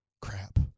Crap